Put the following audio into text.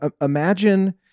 imagine